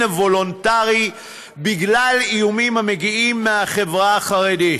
וולונטרי בגלל איומים המגיעים מהחברה החרדית.